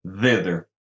thither